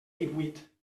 divuit